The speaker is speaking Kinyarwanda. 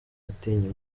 atinya